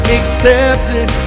accepted